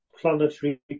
planetary